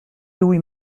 louis